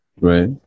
Right